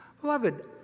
Beloved